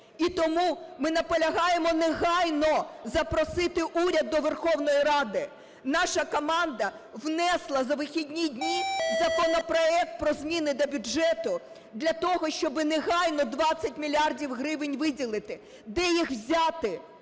І тому ми наполягаємо негайно запросити уряд до Верховної Ради. Наша команда внесла за вихідні дні законопроект про зміни до бюджету для того, щоб негайно 20 мільярдів гривень виділити. Де їх взяти?